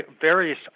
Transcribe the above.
various